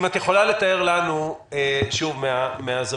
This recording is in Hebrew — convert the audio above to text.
כמו שציינו